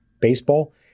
baseball